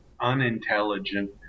unintelligent